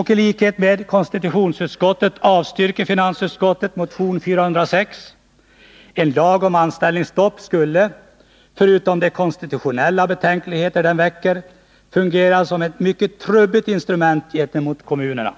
I likhet med konstitutionsutskottet avstyrker finansutskottet motion 406. En lag om anställningsstopp skulle — bortsett från de konstitutionella betänkligheter en sådan skulle väcka — fungera som ett mycket trubbigt instrument gentemot kommunerna.